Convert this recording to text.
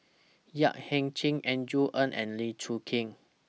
Yap Ee Chian Andrew Ang and Lee Choon Kee